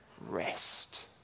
rest